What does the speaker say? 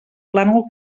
plànol